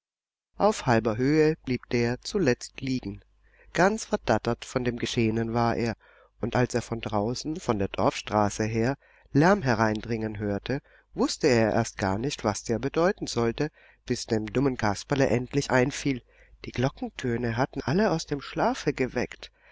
auf halber höhe blieb der zuletzt liegen ganz verdattert von dem geschehenen war er und als er von draußen von der dorfstraße her lärm hereindringen hörte wußte er erst gar nicht was der bedeuten sollte bis es dem dummen kasperle endlich einfiel die glockentöne hatten alle aus dem schlafe geweckt